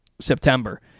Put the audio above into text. September